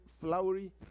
flowery